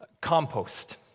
compost